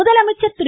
முதலமைச்சர் திரு